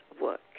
work